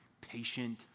patient